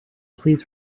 please